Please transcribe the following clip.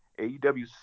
AEW